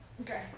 Okay